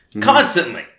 Constantly